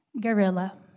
Guerrilla